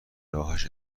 راهش